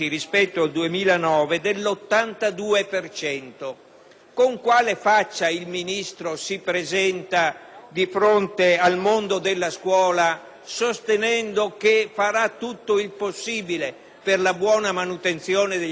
Con quale faccia il Ministro si presenta di fronte al mondo della scuola sostenendo che farà tutto il possibile per la buona manutenzione degli edifici scolastici con tagli di questa dimensione?